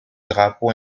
drapeau